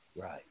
Right